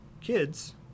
kids